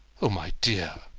oh, my dear!